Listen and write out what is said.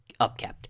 upkept